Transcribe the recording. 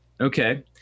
Okay